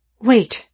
wait